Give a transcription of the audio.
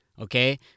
Okay